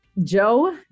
Joe